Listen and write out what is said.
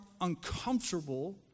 uncomfortable